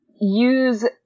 use